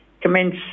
commence